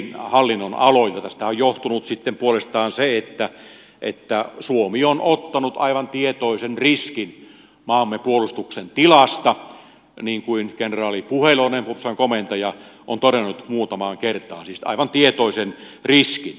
tästähän on johtunut sitten puolestaan se että suomi on ottanut aivan tietoisen riskin maamme puolustuksen tilasta niin kuin kenraali puheloinen puolustusvoimien komentaja on todennut muutamaan kertaan siis aivan tietoisen riskin